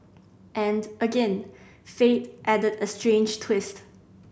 and again fate added a strange twist